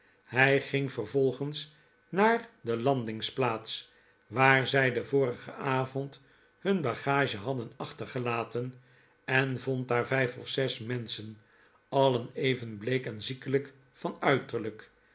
hij ging veryolgens naar de landingsplaats waar zij den vorigen avond hun bagage hadden achtergelaten en vond daar vijf of zes menschen alien even bleek en ziekelijk van uiterlijk